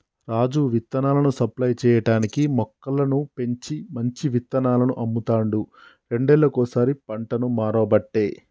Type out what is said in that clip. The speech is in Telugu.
రాజు విత్తనాలను సప్లై చేయటానికీ మొక్కలను పెంచి మంచి విత్తనాలను అమ్ముతాండు రెండేళ్లకోసారి పంటను మార్వబట్టే